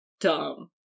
dumb